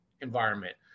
environment